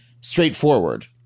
straightforward